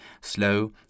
slow